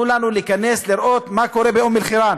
לנו להיכנס לראות מה קורה באום-אלחיראן